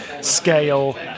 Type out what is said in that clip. scale